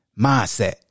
Mindset